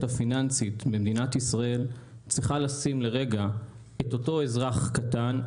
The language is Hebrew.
הפיננסית במדינת ישראל צריכה לשים לרגע את אותו אזרח קטן,